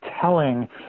telling